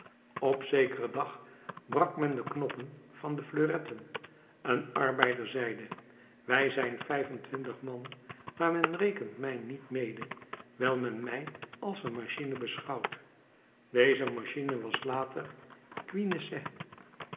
op zekeren dag brak men de knoppen van de fleuretten een arbeider zeide wij zijn vijf-en-twintig man maar men rekent mij niet mede wijl men mij als een machine beschouwt deze machine was later